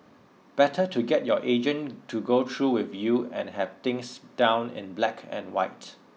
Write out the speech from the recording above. better to get your agent to go through with you and have things down in black and white